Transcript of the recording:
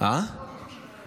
לא רק שלך.